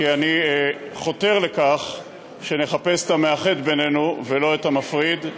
כי אני חותר לכך שנחפש את המאחד בינינו ולא את המפריד,